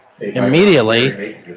immediately